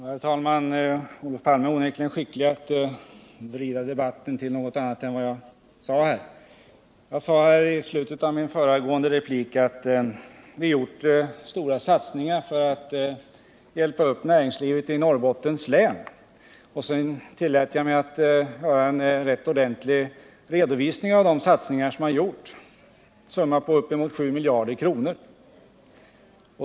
Herr talman! Olof Palme är onekligen skicklig att vrida debatten och få det att framstå som om jag sade någonting annat än jag gjorde. Jag sade i slutet av min föregående replik att vi har gjort stora satsningar för att hjälpa upp näringslivet i Norrbottens län. Sedan tillät jag mig att göra en rätt ordentlig redovisning av de satsningar som gjorts — en summa på uppemot 7 miljarder kronor.